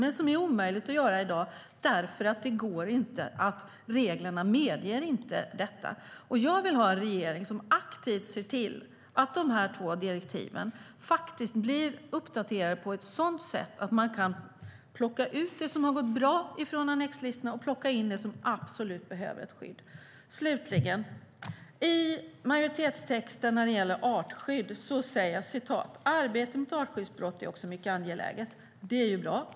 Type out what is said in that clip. Men det är omöjligt att göra det i dag därför att reglerna inte medger det. Slutligen sägs det i majoritetstexten om artskydd: "Arbetet mot artskyddsbrott är också mycket angeläget." Det är bra.